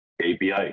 api